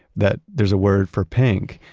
that there's a word for pink,